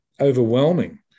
overwhelming